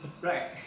Right